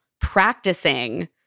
practicing